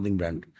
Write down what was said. brand